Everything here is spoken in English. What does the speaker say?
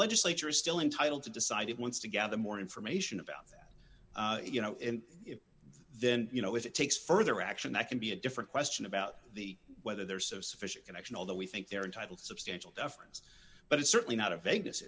legislature is still entitled to decide it wants to gather more information about that you know and then you know if it takes further action that can be a different question about the whether there is so sufficient connection although we think they're entitled substantial deference but it's certainly not a v